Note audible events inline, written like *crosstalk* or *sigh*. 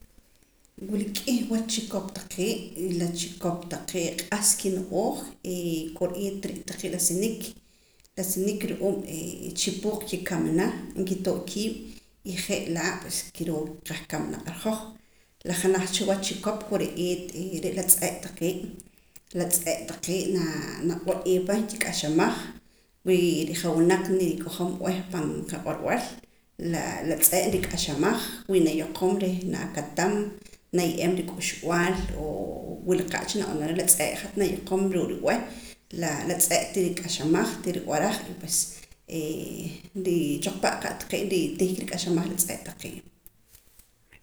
Wila k'ih wach chikop taqee' y la chikop taqee' q'as kino'ooj kore'eer re' taqee' la la sinik la sinik ru'uum chipuuq kikamana nkitoo' kii'b' y je' laa' pues kiroo qahkamana naq ar hoj la janaj cha wach chikop kore'eer re' la tz'e' taqee' la tz'e' taqee' naq'or'ee pa nkik'axamaj wi rijawiinaq nirikojom b'eh pan qaq'orb'al la la tz'e' nrik'axamaj wi nayoqom reh nakatam naye'em rik'uxb'aal o wila qa' cha nab'anam reh la tz'e' hat nayoqom ruu' rib'eh la tz'e' tirik'axamaj tirib'araj y pues *hesitation* choqpa' qa' taqee' nritihka nrik'axamaj la tz'e' taqee'